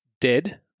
dead